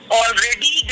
already